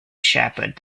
shepherd